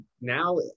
now